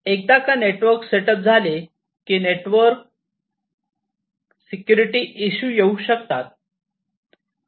एकदा का network setup झाले की नेटवर्क सेक्युरिटी इशू येऊ शकतात